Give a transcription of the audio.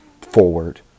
forward